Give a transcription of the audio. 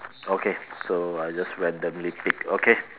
okay so I just randomly pick okay